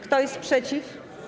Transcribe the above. Kto jest przeciw?